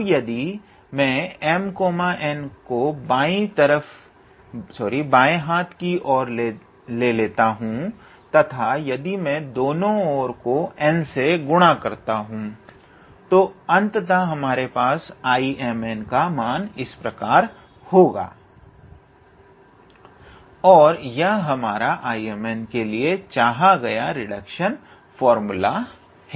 अब यदि मैं 𝐼𝑚𝑛 को बाएं हाथ की ओर ले लेता हूं तथा यदि मैं दोनों और को n से गुणा करता हूं तो अंततः हमारे पास होगा और यह हमारा 𝐼𝑚𝑛 के लिए चाहा गया रिडक्शन फार्मूला है